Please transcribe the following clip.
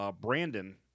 Brandon